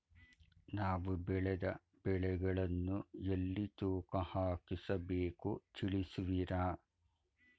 ನಾವು ಬೆಳೆದ ಬೆಳೆಗಳನ್ನು ಎಲ್ಲಿ ತೂಕ ಹಾಕಿಸಬೇಕು ತಿಳಿಸುವಿರಾ?